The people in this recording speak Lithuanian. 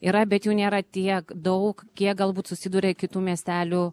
yra bet jų nėra tiek daug kiek galbūt susiduria kitų miestelių